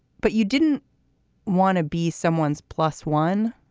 but you didn't want to be someone's plus one.